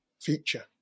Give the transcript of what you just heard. feature